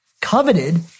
coveted